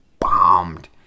bombed